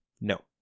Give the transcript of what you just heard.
no